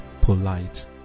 polite